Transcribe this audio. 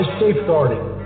safeguarding